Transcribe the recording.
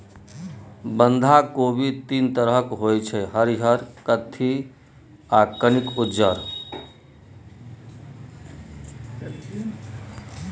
बंधा कोबी तीन तरहक होइ छै हरियर, कत्थी आ कनिक उज्जर